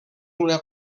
una